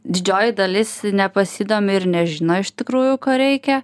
didžioji dalis nepasidomi ir nežino iš tikrųjų ko reikia